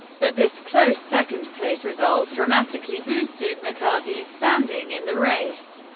but this close second-place result dramatically boosted mccarthy's standing in the race.